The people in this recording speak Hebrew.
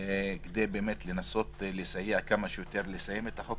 כדי לנסות לסייע לסיים את הצעת החוק